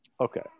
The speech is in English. okay